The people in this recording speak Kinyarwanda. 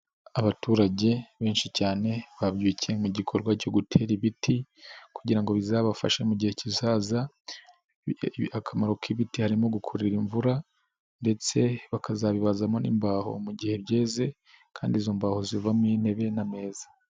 Abaturage benshi cyane babyukiye mu gikorwa cyo gutera ibiti kugira ngo bizabafashe mu gihe kizaza, akamaro k'ibiti harimo gukurura imvura ndetse bakazabibazamo n'imbaho mu gihe byaye kandi izo mbaho zivamo intebe n'ameza.